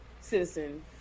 citizen